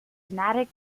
genetic